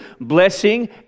blessing